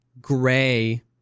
gray